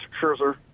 Scherzer